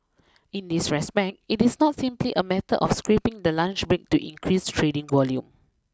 in this respect it is not simply a matter of scrapping the lunch break to increase trading volume